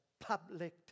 public